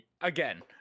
Again